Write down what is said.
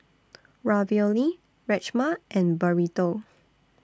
Ravioli Rajma and Burrito